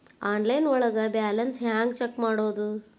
Online ಒಳಗೆ balance ಹ್ಯಾಂಗ check ಮಾಡೋದು?